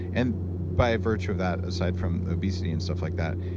and by virtue of that, aside from obesity and stuff like that,